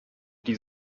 die